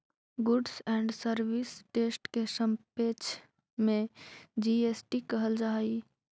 goods and service टेस्ट के संक्षेप में जी.एस.टी कहल जा हई